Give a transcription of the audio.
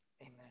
amen